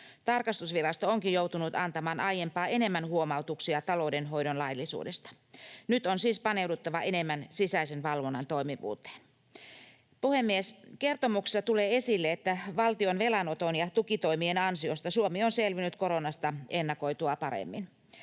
Tarkastusvirasto onkin joutunut antamaan aiempaa enemmän huomautuksia taloudenhoidon laillisuudesta. Nyt on siis paneuduttava enemmän sisäisen valvonnan toimivuuteen. Puhemies! Kertomuksessa tulee esille, että valtion velanoton ja tukitoimien ansiosta Suomi on selvinnyt koronasta ennakoitua paremmin.